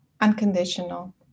Unconditional